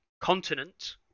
continent